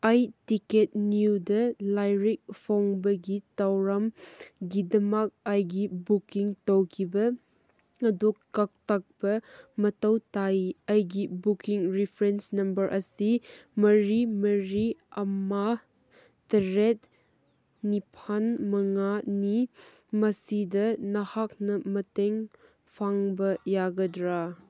ꯑꯩ ꯇꯤꯀꯦꯠ ꯅ꯭ꯌꯨꯗ ꯂꯥꯏꯔꯤꯛ ꯐꯣꯡꯕꯒꯤ ꯊꯧꯔꯝꯒꯤꯗꯃꯛ ꯑꯩꯒꯤ ꯕꯨꯀꯤꯡ ꯇꯧꯈꯤꯕ ꯑꯗꯨ ꯀꯛꯊꯠꯄ ꯃꯊꯧ ꯇꯥꯏ ꯑꯩꯒꯤ ꯕꯨꯀꯤꯡ ꯔꯤꯐ꯭ꯔꯦꯟꯁ ꯅꯝꯕꯔ ꯑꯁꯤ ꯃꯔꯤ ꯃꯔꯤ ꯑꯃ ꯇꯔꯦꯠ ꯅꯤꯄꯥꯟ ꯃꯉꯥꯅꯤ ꯃꯁꯤꯗ ꯅꯍꯥꯛꯅ ꯃꯇꯦꯡ ꯄꯥꯡꯕ ꯌꯥꯒꯗ꯭ꯔꯥ